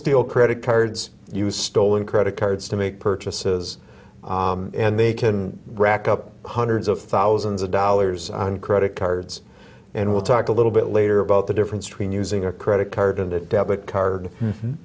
steal credit cards use stolen credit cards to make purchases and they can rack up hundreds of thousands of dollars on credit cards and we'll talk a little bit later about the difference between using a credit card and a debit card and